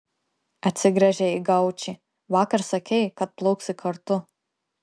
atsigręžė į gaučį vakar sakei kad plauksi kartu